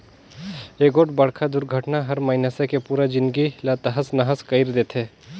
एगोठ बड़खा दुरघटना हर मइनसे के पुरा जिनगी ला तहस नहस कइर देथे